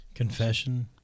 Confession